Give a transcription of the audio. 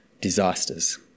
disasters